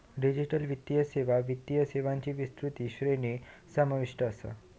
digital वित्तीय सेवात वित्तीय सेवांची विस्तृत श्रेणी समाविष्ट असा